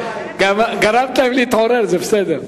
גרמת להם להתעורר, זה בסדר.